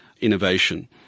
innovation